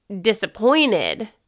disappointed